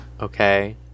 okay